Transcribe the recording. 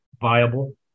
viable